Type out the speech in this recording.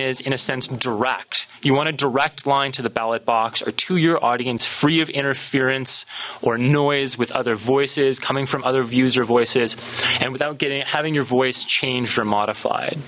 is in a sense direct you want a direct line to the ballot box or to your audience free of interference or noise with other voices coming from other views or voices and without getting having your voice changed or modified